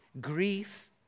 grief